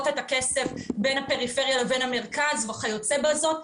את הכסף בין הפריפריה ובין המרכז וכיוצא בזאת.